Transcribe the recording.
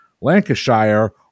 Lancashire